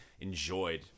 enjoyed